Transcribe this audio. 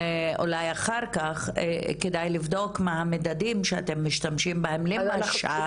אולי אחר-כך כדאי לבדוק מה המדדים שאתם משתמשים בהם למשל